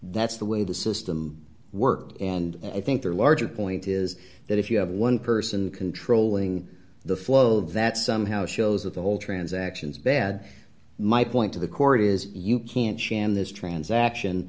that's the way the system worked and i think their larger point is that if you have one person controlling the flow of that somehow shows that the whole transactions bad my point to the court is you can't sham this transaction